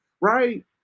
right